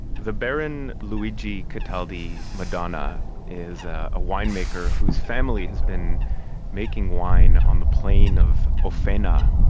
the baron luigi cataldi madonna is a winemaker whose family has been making wine on the plain of ofena,